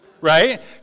right